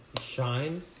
shine